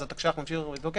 אז התקש"ח ממשיך להיות בתוקף.